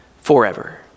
forever